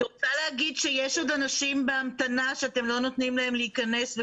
שיש עוד אנשים בהמתנה שכתבו לי שאתם לא נותנים להם להיכנס.